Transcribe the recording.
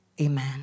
Amen